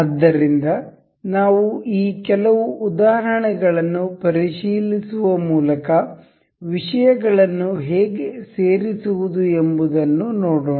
ಆದ್ದರಿಂದ ನಾವು ಈ ಕೆಲವು ಉದಾಹರಣೆಗಳನ್ನು ಪರಿಶೀಲಿಸುವ ಮೂಲಕ ವಿಷಯಗಳನ್ನು ಹೇಗೆ ಸೇರಿಸುವುದು ಎಂಬುದನ್ನು ನೋಡೋಣ